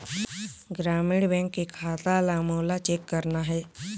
ग्रामीण बैंक के खाता ला मोला चेक करना हे?